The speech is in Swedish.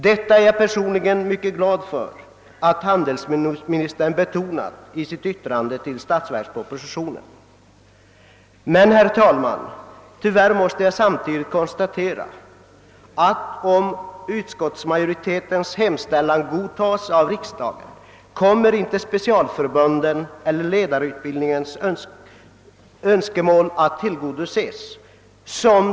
Jag är personligen mycket glad över att handelsministern betonar detta i statsverkspropositionen. Men, herr talman, tyvärr måste jag samtidigt konstatera att specialförbundens och ledarutbildningens behov inte kommer att kunna tillgodoses, därest utskottsmajoritetens hemställan bifalles av riksdagen.